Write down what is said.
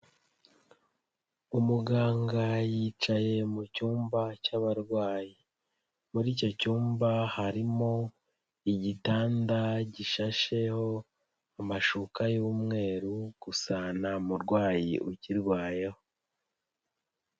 Umuganga yicaye mu cyumba cy'abarwayi, muri icyo cyumba harimo igitanda gishasheho amashuka y'umweru gusa nta murwayi ukirwayeho.